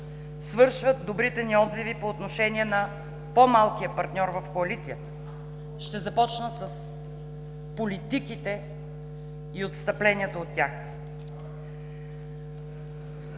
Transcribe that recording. свършват добрите ни отзиви по отношение на по-малкия партньор в коалицията. Ще започна с политиките и отстъпленията от тях.